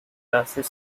classes